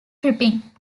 tripping